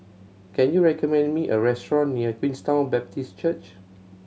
can you recommend me a restaurant near Queenstown Baptist Church